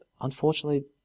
unfortunately